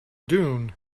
dune